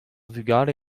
vugale